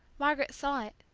margaret saw it.